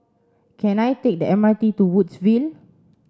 can I take the M R T to Woodsville